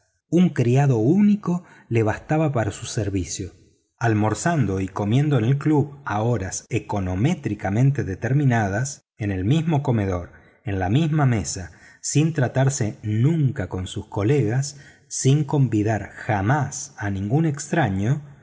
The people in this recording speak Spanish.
un criado único le bastaba para su servicio almorzando y comiendo en el club a horas cronométricamente determinadas en el mismo comedor en la misma mesa sin tratarse nunca con sus colegas sin convidar jamás a ningún extraño